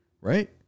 Right